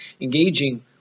engaging